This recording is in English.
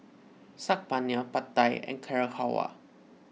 Saag Paneer Pad Thai and Carrot Halwa